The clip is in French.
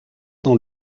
dans